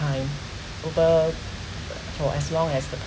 time in the for as long as the